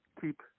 keep